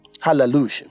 Hallelujah